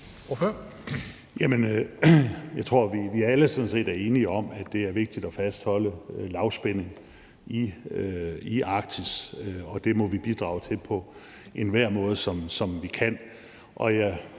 Jeg tror, vi alle sådan set er enige om, at det er vigtigt at fastholde lavspænding i Arktis, og det må vi bidrage til på alle de måder, vi kan.